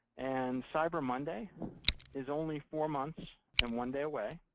and cyber monday is only four months and one day away